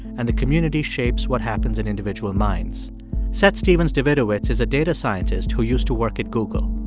and the community shapes what happens in individual minds seth stephens-davidowitz is a data scientist who used to work at google.